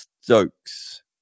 Stokes